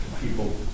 people